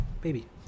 baby